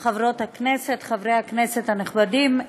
חברות וחברי הכנסת הנכבדים,